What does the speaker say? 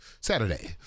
Saturday